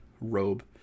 robe